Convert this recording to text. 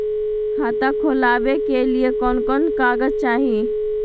खाता खोलाबे के लिए कौन कौन कागज चाही?